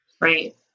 Right